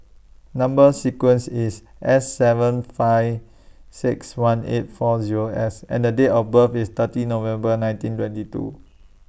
Number sequence IS S seven five six one eight four Zero S and Date of birth IS thirty November nineteen twenty two